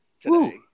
today